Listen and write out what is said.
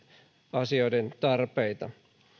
asioiden tarpeita